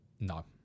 No